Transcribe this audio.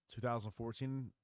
2014